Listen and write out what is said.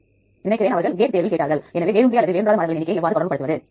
நிறைய விருப்பங்கள் Uniprot டில் உள்ளன அவற்றை நீங்கள் முகப்பு பக்கத்தில் இருந்து ஆராயலாம்